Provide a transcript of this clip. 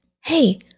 Hey